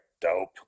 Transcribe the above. dope